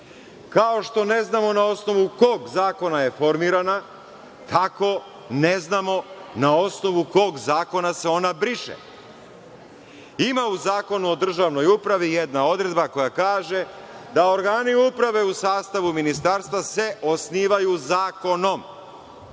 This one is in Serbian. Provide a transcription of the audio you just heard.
Kao što ne znamo na osnovu kog zakona je formirana, tako ne znamo na osnovu kog zakona se ona briše. Ima u Zakonu o državnoj upravi jedna odredba koja kaže da organi uprave u sastavu Ministarstva se osnivaju zakonom,